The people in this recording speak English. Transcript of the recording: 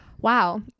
Wow